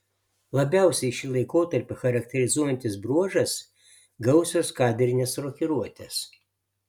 labiausiai šį laikotarpį charakterizuojantis bruožas gausios kadrinės rokiruotės